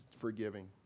forgiving